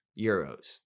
euros